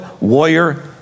warrior